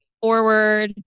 forward